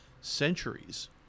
centuries